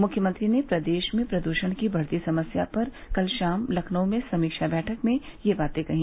मुख्यमंत्री ने प्रदेश में प्रदूषण की बढ़ती समस्या पर कल शाम लखनऊ में समीक्षा बैठक में ये बातें कहीं